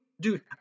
Dude